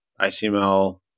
ICML